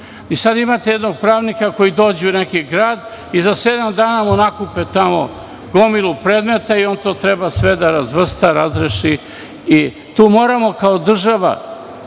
Sada imate jednog pravnika koji dođe u neki grad i za sedam dana mu nakupe tamo gomilu predmeta i on to treba sve da razvrsta, razreši. Tu moramo, kao država,